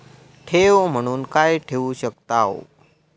ठेव म्हणून काय ठेवू शकताव?